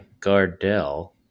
Gardell